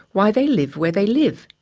why they live where they live.